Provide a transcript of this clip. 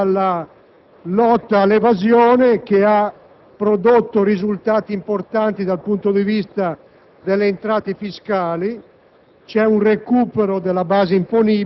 e, in particolare, dalla lotta all'evasione, che ha prodotto risultati importanti dal punto di vista delle entrate fiscali.